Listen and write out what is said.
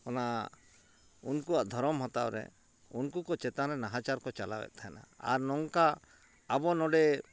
ᱚᱱᱟ ᱩᱱᱠᱩᱣᱟᱜ ᱫᱷᱚᱨᱚᱢ ᱦᱟᱛᱟᱣᱨᱮ ᱩᱱᱠᱩ ᱠᱚ ᱪᱮᱛᱟᱱ ᱨᱮ ᱱᱟᱦᱟᱪᱟᱨ ᱠᱚ ᱪᱟᱞᱟᱣᱮᱫ ᱛᱟᱦᱮᱸᱫᱼᱟ ᱟᱨ ᱱᱚᱝᱠᱟ ᱟᱵᱚ ᱱᱚᱰᱮ